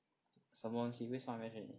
什么东西为什么他 message 你